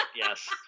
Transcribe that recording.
yes